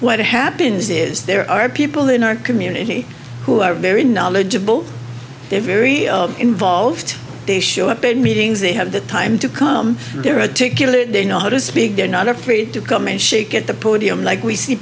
what happens is there are people in our community who are very knowledgeable they very involved they show up in meetings they have the time to come here or to kill it they know how to speak they're not afraid to come and shake at the podium like we see